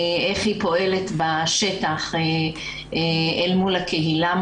איך היא פועלת בשטח אל מול הקהילה,